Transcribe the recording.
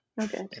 Okay